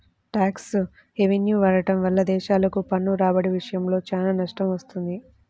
tax హెవెన్ని వాడటం వల్ల దేశాలకు పన్ను రాబడి విషయంలో చాలా నష్టం వస్తుంది